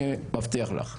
אני מבטיח לך.